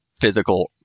physical